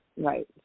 right